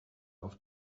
auf